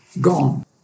Gone